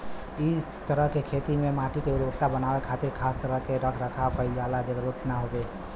इ तरह के खेती में माटी के उर्वरता बनावे खातिर खास तरह के रख रखाव कईला के जरुरत ना हवे